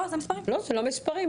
אלה המספרים.